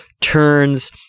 turns